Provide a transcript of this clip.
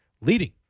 leading